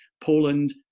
poland